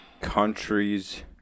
countries